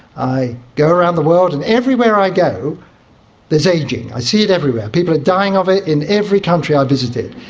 i go around the world, and everywhere i go there is ageing, i see it everywhere, people are dying of it in every country i've visited,